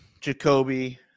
jacoby